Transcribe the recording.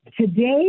today